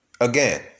again